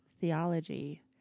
theology